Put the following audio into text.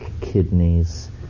kidneys